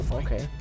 okay